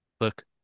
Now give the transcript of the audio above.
Look